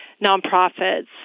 nonprofits